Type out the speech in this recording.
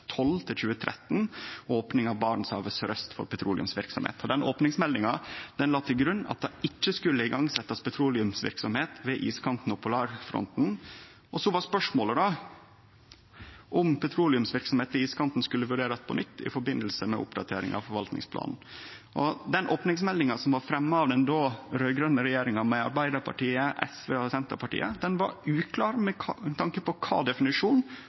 ved iskanten og polarfronten, og så var spørsmålet om petroleumsverksemd ved iskanten skulle vurderast på nytt i samband med oppdatering av forvaltingsplanen. Den opningsmeldinga som blei fremja av den då raud-grøne regjeringa, med Arbeidarpartiet, SV og Senterpartiet, var uklar med tanke på kva definisjon